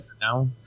Now